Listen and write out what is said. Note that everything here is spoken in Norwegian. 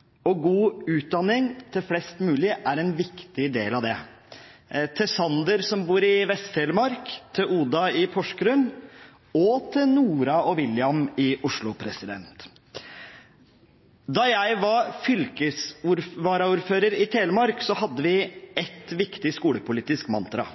livet. God utdanning til flest mulig er en viktig del av det – til Sander som bor i Vest-Telemark, til Oda i Porsgrunn og til Noora og William i Oslo. Da jeg var fylkesvaraordfører i Telemark, hadde vi ett viktig skolepolitisk mantra,